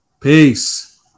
peace